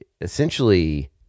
essentially